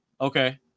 okay